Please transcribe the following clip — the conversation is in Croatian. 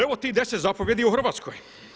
Evo tih 10 zapovjedi u Hrvatskoj.